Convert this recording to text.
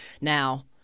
Now